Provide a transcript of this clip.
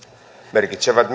merkitsevät